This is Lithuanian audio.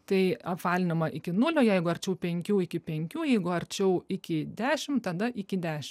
tai apvalinama iki nulio jeigu arčiau penkių iki penkių jeigu arčiau iki dešim tada iki dešim